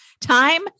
time